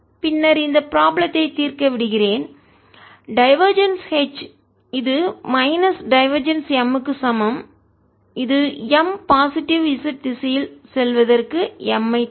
பின்னர் இந்த ப்ராப்ளத்தை தீர்க்க விடுகிறேன் டைவர்ஜென்ஸ் H இது மைனஸ் டைவர்ஜென்ஸ் M க்கு சமம் இது M பாசிட்டிவ் நேர்மறை z திசையில் செல்வதற்கு M ஐ தரும்